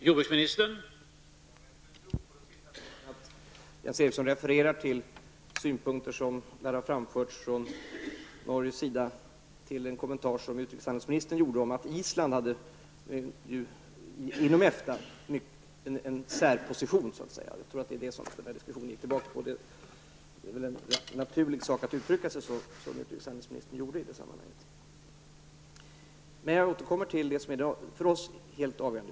Herr talman! I fråga om den sista punkten tror jag att Jens Eriksson refererar till synpunkter som lär ha framförts från Norges sida efter en kommentar av utrikeshandelsministern om att Island hade en särposition inom EFTA. Jag tror att det är vad diskussionen gick tillbaka på. Det är väl en naturlig sak att uttrycka sig som utrikeshandelsministern gjorde i det sammanhanget. Jag återkommer till det som är det för oss helt avgörande.